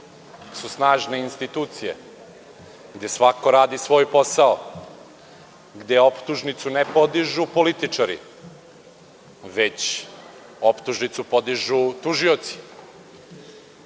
su snažne institucije, gde svako radi svoj posao, gde optužnicu ne podižu političari, već optužnicu podižu tužioci.